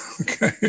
Okay